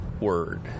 word